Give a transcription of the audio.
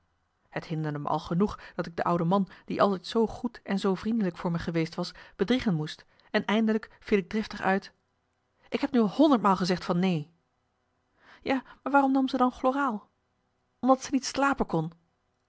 het hinderde me al genoeg dat ik de oude man die altijd zoo goed en zoo vriendelijk voor me geweest was bedriegen moest en eindelijk viel ik driftig uit ik heb nu al honderd maal gezegd van neen ja maar waarom nam ze dan chloraal omdat ze niet slapen kon